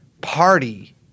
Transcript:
party